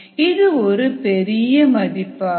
இது ஒரு பெரிய மதிப்பாகும்